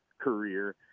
career